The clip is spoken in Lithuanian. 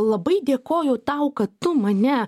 labai dėkoju tau kad tu mane